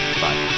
Bye